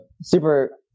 super